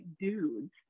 dudes